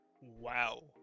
Wow